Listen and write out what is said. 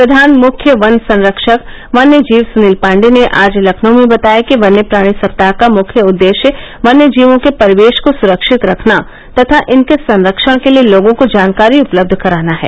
प्रधान मुख्य वन संरक्षक वन्य जीव सुनील पाण्डेय ने आज लखनऊ में बताया कि वन्य प्राणी सप्ताह का मुख्य उद्देश्य वन्य जीवों के परिवेश को सुरक्षित रखने तथा इनके संरक्षण के लिये लोगों को जानकारी उपलब्ध कराना है